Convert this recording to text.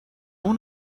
اون